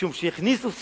משום שהכניסו סעיף,